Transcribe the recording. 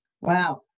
Wow